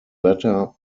latter